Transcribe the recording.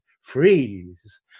freeze